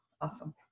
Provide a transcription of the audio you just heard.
awesome